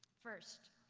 first,